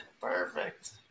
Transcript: Perfect